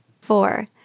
Four